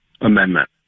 amendment